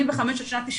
עד שנת ....